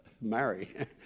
marry